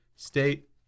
State